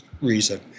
reason